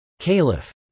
Caliph